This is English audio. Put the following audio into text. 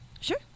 Sure